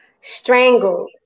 Strangled